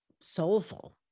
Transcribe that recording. soulful